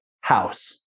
house